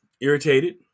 irritated